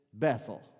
Bethel